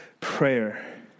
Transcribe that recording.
prayer